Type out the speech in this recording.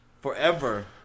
Forever